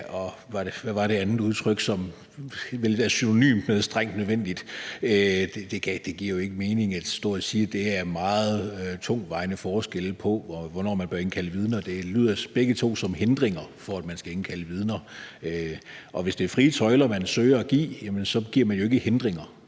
– hvad var det, det var? – som vil være synonymt med »strengt nødvendigt«, giver det ikke mening at stå og sige, at det er meget tungtvejende forskelle, i forhold til hvornår man bør indkalde vidner. Begge formuleringer lyder som hindringer for, at man kan indkalde vidner. Og hvis det er frie tøjler, man søger at give, jamen så laver man jo ikke hindringer.